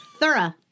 Thorough